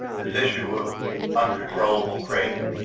this issue of uncontrollable craving.